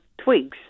twigs